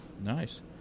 Nice